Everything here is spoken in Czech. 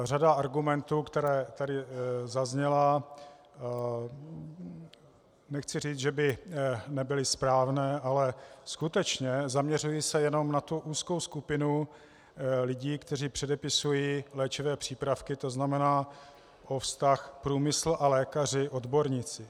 Řada argumentů, které tady zazněly, nechci říct, že by nebyly správné, ale skutečně zaměřují se jenom na tu úzkou skupinu lidí, kteří předepisují léčivé přípravky, to znamená na vztah průmysl a lékaři, odborníci.